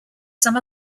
some